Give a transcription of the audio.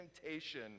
temptation